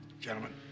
gentlemen